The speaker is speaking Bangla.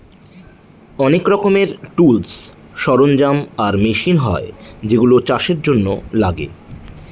অনেক রকমের টুলস, সরঞ্জাম আর মেশিন হয় যেগুলা চাষের জন্য লাগে